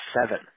seven